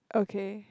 okay